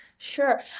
Sure